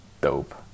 dope